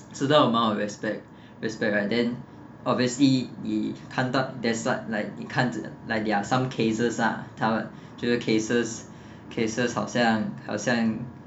certain amount of respect respect right then obviously 也看道 there's like like 你看就 like there are some cases lah 他就是 cases cases 好像好像